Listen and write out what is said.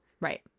Right